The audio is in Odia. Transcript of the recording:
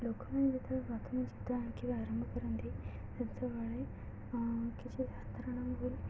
ଲୋକମାନେ ଯେତେବେଳେ ପ୍ରଥମେ ଚିତ୍ର ଆଙ୍କିବା ଆରମ୍ଭ କରନ୍ତି ସେତେବେଳେ କିଛି